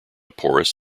porous